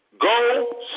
go